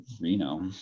Reno